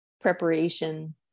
preparation